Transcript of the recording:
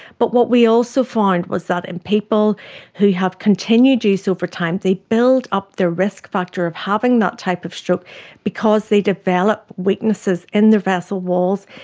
but what we also found was that in people who have continued use over time, they build up their risk factor of having that type of stroke because they develop weaknesses in their vessel walls.